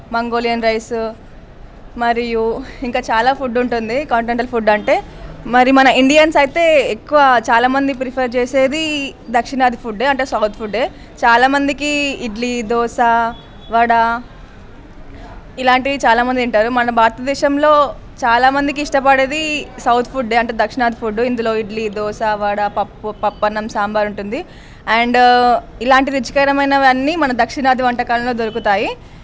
Mongolian rice మరియు ఇంకా చాలా ఫుడ్ ఉంటుంది కాంటినెంటల్ ఫుడ్ అంటే మరి మన ఇండియన్స్ అయితే ఎక్కువ చాలామంది ప్రిఫర్ చేసేది దక్షిణాది ఫుడ్ అంటే సౌత్ ఫుడ్ చాలామందికి ఇడ్లీ దోస వడ ఇలాంటివి చాలా మంది తింటారు మన భారత దేశంలో చాలామందికి ఇష్టపడేది సౌత్ ఫుడ్ అంటే దక్షిణాది ఫుడ్ ఇందులో ఇడ్లీ దోస వడ పప్పు పప్పన్నం సాంబార్ ఉంటుంది అండ్ ఇలాంటి రుచికరమైనవి అన్నీ మన దక్షిణాది వంటలు అన్ని దక్షిణాది వంటకాల్లో దొరుకుతాయి